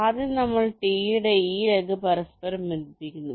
ആദ്യം നമ്മൾ T യുടെ ഈ ലെഗ് പരസ്പരം ബന്ധിപ്പിക്കുന്നു